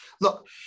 Look